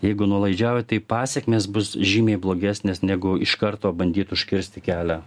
jeigu nuolaidžiauji pasekmės bus žymiai blogesnės negu iš karto bandyti užkirsti kelią